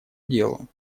делу